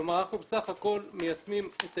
כלומר, אנחנו בסך הכול מיישמים את